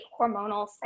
hormonal